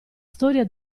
storia